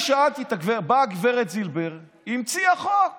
באה גב' זילבר והמציאה חוק